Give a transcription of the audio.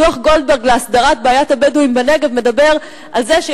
דוח-גולדברג להסדרת בעיית הבדואים בנגב אומר שצריך